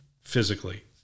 physically